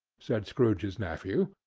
said scrooge's nephew.